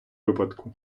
випадку